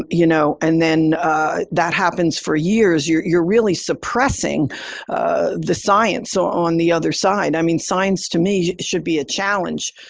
um you know, and then that happens for years, you're you're really suppressing the science. so on the other side, i mean, science to me should be a challenge.